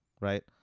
Right